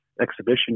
Exhibition